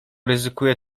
ryzykuję